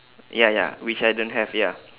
ya ya which I don't have ya